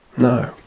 No